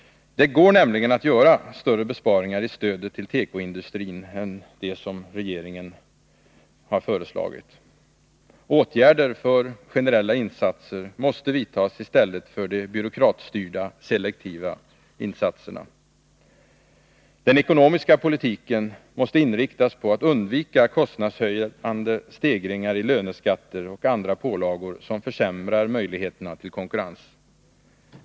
Det går nämligen att göra större besparingar i stödet till tekoindustrin än dem som regeringen föreslagit. Åtgärder för generella insatser måste vidtas, i stället för de byråkratstyrda selektiva åtgärderna. Den ekonomiska politiken måste inriktas på att undvika kostnadshöjande stegringar i löneskatter och andra pålagor som försämrar möjligheterna till konkurrens.